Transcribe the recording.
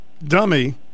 dummy